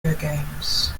games